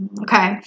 Okay